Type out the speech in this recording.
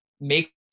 make